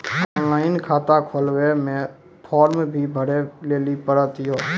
Online खाता खोलवे मे फोर्म भी भरे लेली पड़त यो?